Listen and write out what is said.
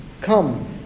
Come